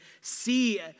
see